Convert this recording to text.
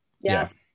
yes